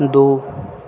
दू